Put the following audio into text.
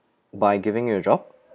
by giving you a job